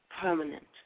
permanent